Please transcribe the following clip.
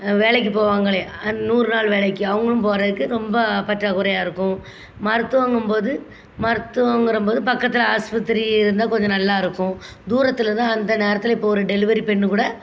வேலைக்கு போவாங்க இல்லையா அந் நூறுநாள் வேலைக்கு அவங்களும் போவதுக்கு ரொம்ப பற்றாக்குறையாக இருக்கும் மருத்துவங்கும் போது மருத்துவங்கிற போது பக்கத்தில் ஆஸ்பத்திரி இருந்தால் கொஞ்சம் நல்லா இருக்கும் தூரத்தில் இருந்தால் அந்த நேரத்தில் இப்போ ஒரு டெலிவரி பெண் கூட